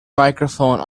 microphone